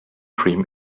cream